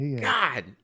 God